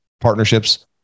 partnerships